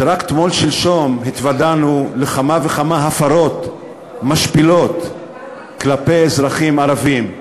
ורק תמול-שלשום התוודענו לכמה וכמה הפרות משפילות כלפי אזרחים ערבים.